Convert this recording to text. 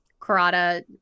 Karada